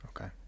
Okay